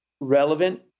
relevant